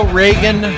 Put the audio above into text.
Reagan